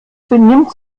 benimmt